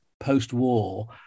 post-war